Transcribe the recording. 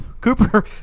Cooper